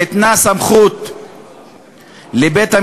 ניתנה סמכות לבית-המשפט,